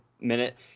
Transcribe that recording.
minute